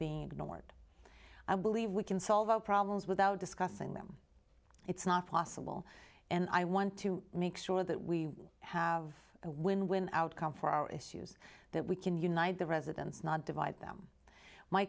being ignored i believe we can solve our problems without discussing them it's not possible and i want to make sure that we have a win win outcome for our issues that we can unite the residents not divide them my